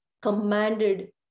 commanded